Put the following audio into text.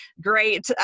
great